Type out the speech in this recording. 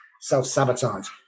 Self-sabotage